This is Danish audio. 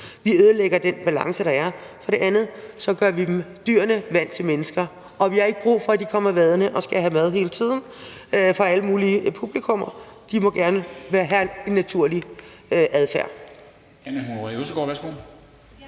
vi ødelægger den balance, der er – og for det andet gør vi dyrene vant til mennesker, og vi har ikke brug for, at de kommer vadende og skal have mad fra alle mulige publikummer hele tiden; de må gerne have en naturlig adfærd.